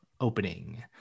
opening